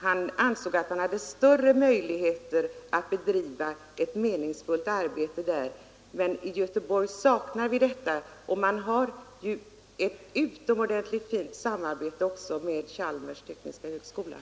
Han ansåg att han hade större möjligheter att bedriva meningsfullt arbete i Göteborg, där man dessutom har ett utomordentligt fint samarbete också med Chalmers tekniska högskola.